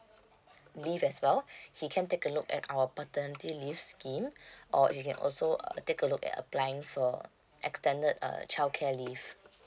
leave as well he can take a look at our paternity leave scheme or he can also uh take a look at applying for extended uh childcare leave